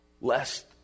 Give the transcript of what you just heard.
lest